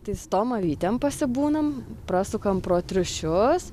tai su tom avytėm pasibūnam prasukam pro triušius